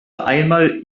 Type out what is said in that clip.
einmal